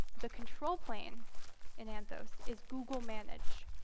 the control plane in anthos is google manage.